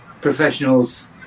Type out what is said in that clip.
professionals